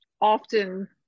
often